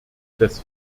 des